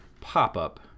pop-up